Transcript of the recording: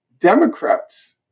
Democrats